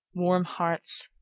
warm hearts,